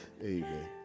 Amen